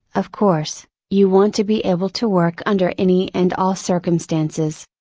of course, you want to be able to work under any and all circumstances.